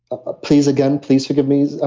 ah please again, please forgive me.